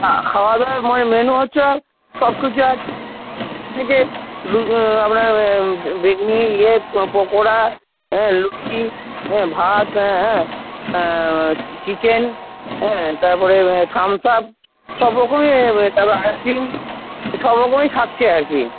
খাওয়াদাওয়ার মেনু হচ্ছে সবকিছু আছে আমরা বেগুনি ইয়ে পকোড়া হ্যাঁ লুচি ভাত চিকেন হ্যাঁ তারপরে থামসাপ সবরকমেই তারপরে আইসক্রিম সবরকমই থাকছে আর কী